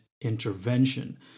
intervention